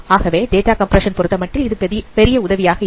ஆகவே data compression பொருத்தமட்டில் இது பெரிய உதவியாக இல்லை